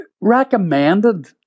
recommended